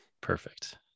Perfect